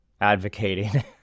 advocating